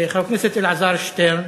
חבר הכנסת אלעזר שטרן: